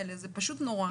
זה פשוט נורא.